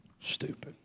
stupid